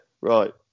Right